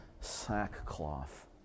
sackcloth